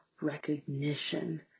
recognition